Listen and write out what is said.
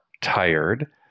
tired